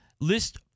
list